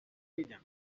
میدم